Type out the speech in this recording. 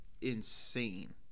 insane